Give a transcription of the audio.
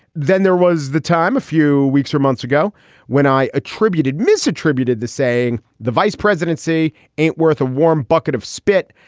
then there was the time a few weeks or months ago when i attributed misattributed to saying the vice presidency ain't worth a warm bucket of spit.